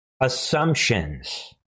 assumptions